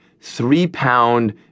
three-pound